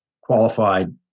qualified